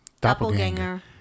Doppelganger